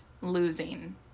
losing